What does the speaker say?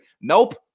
Nope